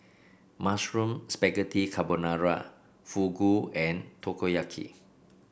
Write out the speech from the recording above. Mushroom Spaghetti Carbonara Fugu and Takoyaki